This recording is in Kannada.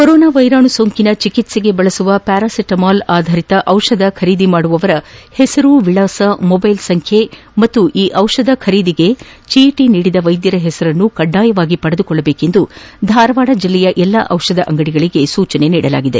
ಕೊರೊನಾ ವೈರಾಣು ಸೋಂಕಿನ ಚಿಕಿತ್ತೆಗೆ ಬಳಸುವ ಪ್ನಾರಾಸಿಟಮೊಲ್ ಆಧಾರಿತ ದಿಷಧ ಖರೀದಿಸುವವರ ಹೆಸರು ವಿಳಾಸ ಮೊಬೈಲ್ ಸಂಖ್ಯೆ ಹಾಗೂ ಈ ದಿಷಧ ಖರೀದಿಗೆ ಚೀಟ ನೀಡಿದ ವೈದ್ಯರ ಹೆಸರನ್ನು ಕಡ್ಡಾಯವಾಗಿ ಪಡೆದುಕೊಳ್ಳುವಂತೆ ಧಾರವಾಡ ಜಿಲ್ಲೆಯ ಎಲ್ಲಾ ದಿಷಧ ಅಂಗಡಿಗಳಿಗೆ ಸೂಚಿಸಲಾಗಿದೆ